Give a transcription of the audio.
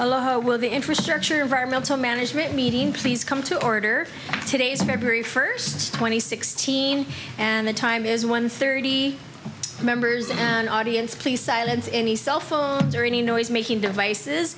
will the infrastructure environmental management meeting please come to order today's february first two thousand and sixteen and the time is one thirty members of an audience please silence any cell phones or any noise making devices